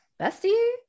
bestie